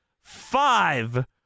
five